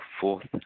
fourth